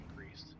increased